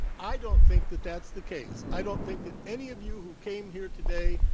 i don't think that that's the case. i don't think that any of you who came here today